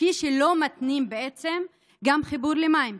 כפי שלא מתנים בעצם גם חיבור למים,